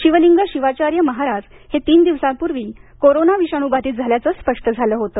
शिवलिंग शिवाचार्य महाराज हे तीन दिवसापूर्वी कोरोनाविषाणू बाधीत झाल्याचे स्पष्ट झाले होते